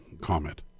comment